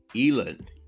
elon